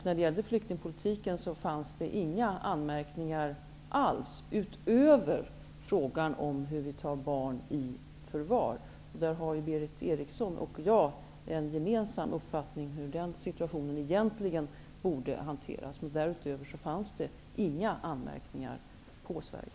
När det gällde flyktingpolitiken fanns det inga anmärkningar alls utöver frågan om hur vi tar barn i förvar. Berith Eriksson och jag har där en gemensam uppfattning om hur den situationen egentligen borde hanteras. Därutöver fanns det inga anmärkningar mot Sverige.